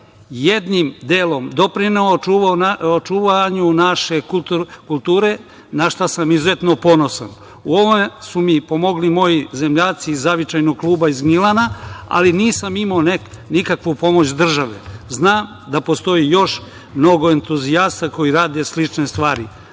jednim delom doprineo očuvanju naše kulture, na šta sam izuzetno ponosan. U ovome su mi pomogli moji zemljaci iz zavičajnog kluba iz Gnjilana, ali nisam imao nikakvu pomoć države. Znam da postoji još mnogo entuzijasta koji rade slične stvari. Zato